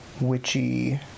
witchy